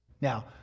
Now